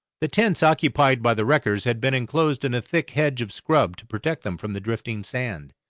the tents occupied by the wreckers had been enclosed in a thick hedge of scrub to protect them from the drifting sand.